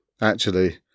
Actually